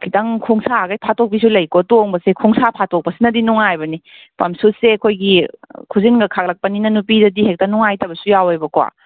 ꯈꯤꯇꯪ ꯈꯣꯡꯁꯥꯒꯩ ꯐꯥꯊꯣꯛꯄꯤꯁꯨ ꯂꯩꯀꯣ ꯇꯣꯡꯕꯁꯦ ꯈꯣꯡꯁꯥ ꯐꯥꯊꯣꯛꯄꯁꯤꯅꯗꯤ ꯅꯨꯡꯉꯥꯏꯕꯅꯤ ꯄꯝ ꯁꯨꯁꯁꯦ ꯑꯩꯈꯣꯏꯒꯤ ꯈꯨꯖꯤꯟꯒ ꯈꯥꯛꯂꯛꯄꯅꯤꯅ ꯅꯨꯄꯤꯗꯗꯤ ꯍꯦꯛꯇ ꯅꯨꯡꯉꯥꯏꯇꯕꯁꯨ ꯌꯥꯎꯋꯦꯕꯀꯣ